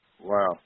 Wow